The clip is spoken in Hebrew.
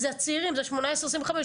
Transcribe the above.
זה הצעירים 18-25,